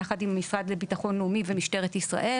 יחד עם המשרד לביטחון לאומי ומשטרת ישראל.